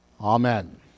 Amen